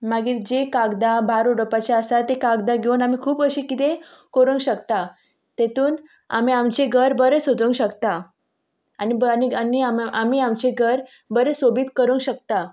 मागीर जीं कागदां भायर उडोपाची आसा ती कागदां घेवन आमी खूब अशी कितेंय करूंक शकता तेतून आमी आमचें घर बरें सजोवंक शकता आनी आनी आमी आमचें घर बरें सोबीत करूंक शकता